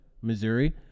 Missouri